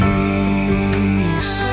Peace